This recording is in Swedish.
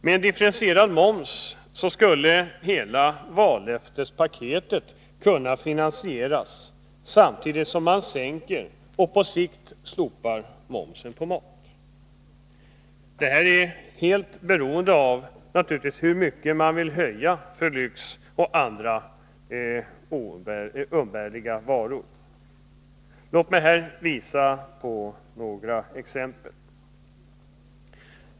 Med en differentierad moms skulle hela vallöftespaketet kunna finanseras, samtidigt som man sänker och på sikt slopar momsen på mat. Detta är naturligtvis helt beroende av hur mycket man vill höja momsen för lyxvaror och andra umbärliga varor. Låt mig här visa på några exempel.